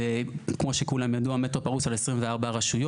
וכמו שכולם ידעו המטרו פרוס על 24 רשויות,